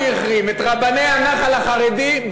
מילא הוא אומר לי, מי החרים?